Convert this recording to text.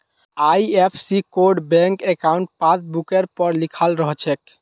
IFSC code bank अंकाउट पासबुकवर पर लिखाल रह छेक